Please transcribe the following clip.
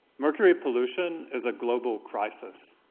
mercury pollution is a global crisis.